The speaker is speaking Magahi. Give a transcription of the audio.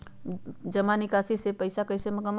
जमा निकासी से पैसा कईसे कमाई होई?